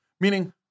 meaning